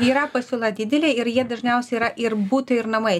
yra pasiūla didelė ir jie dažniausiai yra ir butai ir namai